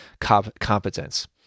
competence